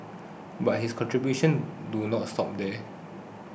but his contribution do not stop there